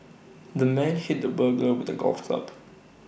the man hit the burglar with A golf club